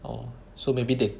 orh so maybe they